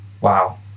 wow